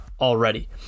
already